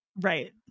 Right